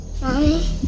Mommy